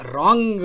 Wrong